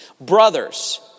Brothers